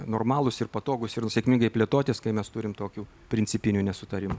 normalūs ir patogūs ir sėkmingai plėtotis kai mes turim tokių principinių nesutarimų